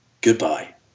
Goodbye